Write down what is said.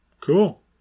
Cool